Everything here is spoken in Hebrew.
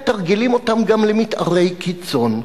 מתרגלים אותם גם למיתארי קיצון.